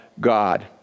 God